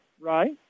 right